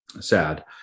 sad